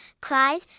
cried